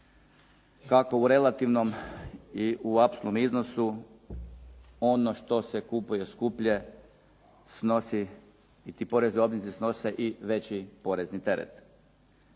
kako u relativnom i u apsolutnom iznosu, ono što se kupuje skuplje snosi, i ti porezni obveznici snose i veći porezni teret.